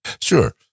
Sure